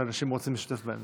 שאנשים רוצים להשתתף בהן,